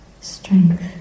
strength